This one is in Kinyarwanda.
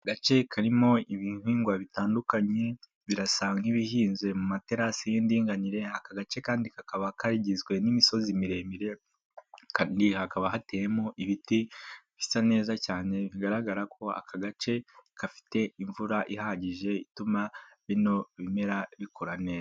Agace karimo ibihingwa bitandukanye birasa nk'ibihinze mu materasi y'indinganire, aka gace kandi kakaba kagizwe n'imisozi miremire hakaba hateyemo ibiti bisa neza cyane bigaragara ko aka gace gafite imvura ihagije ituma bino bimera bikura neza.